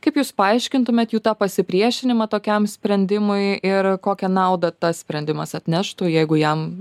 kaip jūs paaiškintumėt jų tą pasipriešinimą tokiam sprendimui ir kokią naudą tas sprendimas atneštų jeigu jam